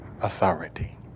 authority